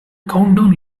countdown